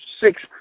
six